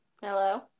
Hello